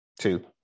two